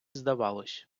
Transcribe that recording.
здавалось